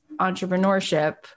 entrepreneurship